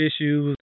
issues